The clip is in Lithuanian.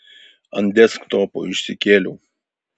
ant desktopo išsikėliau